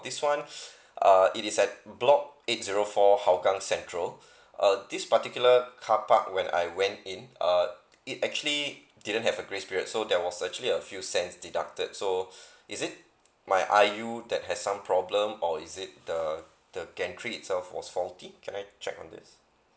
this one uh it is at block eight zero four hougang central uh this particular carpark when I went in uh it actually didn't have a grace period so there was actually a few cents deducted so is it my I U that has some problem or is it the the gantry itself was faulty can I check on this